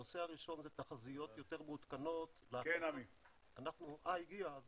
הנושא הראשון זה תחזיות יותר מעודכנות ערן הגיע,